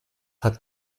hat